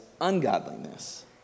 ungodliness